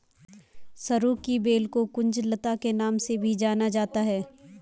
सरू की बेल को कुंज लता के नाम से भी जाना जाता है